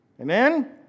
Amen